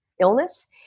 illness